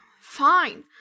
Fine